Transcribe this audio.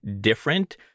different